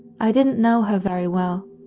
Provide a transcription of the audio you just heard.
i didn't know her very well.